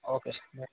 okay sir